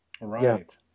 Right